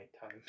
time